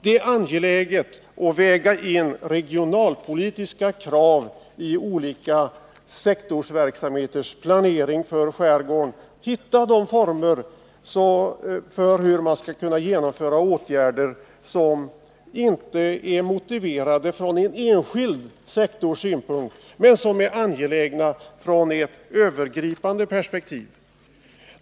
Det är angeläget, fortsätter näringsnämnden, att väga in regionalpolitiska krav i olika sektorsverksamheters planering för skärgården och att hitta former för hur man skall kunna genomföra åtgärder som inte är motiverade från en enskild sektors synpunkt men som är angelägna från ett övergripande perspektiv.